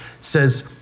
says